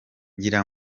ngira